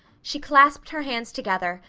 she clasped her hands together,